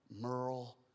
Merle